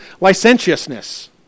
licentiousness